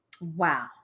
Wow